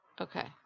Okay